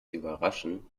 überraschen